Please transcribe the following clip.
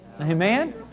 Amen